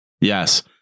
Yes